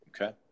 Okay